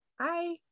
Hi